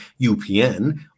UPN